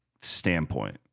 standpoint